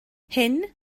hyn